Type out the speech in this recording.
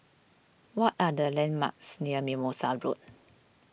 what are the landmarks near Mimosa Road